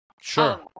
Sure